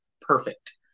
perfect